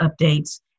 updates